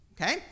Okay